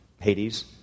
Hades